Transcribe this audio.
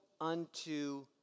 unto